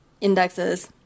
indexes